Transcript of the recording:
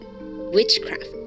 witchcraft